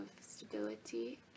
stability